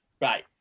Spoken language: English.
Right